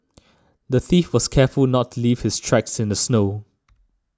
the thief was careful not to leave his tracks in the snow